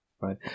right